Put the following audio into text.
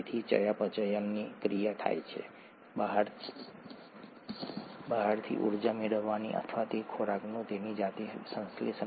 તેઓ cytosine thymine અને uracil અથવા એડેનિન અને ગુઆનિન હોઈ શકે છે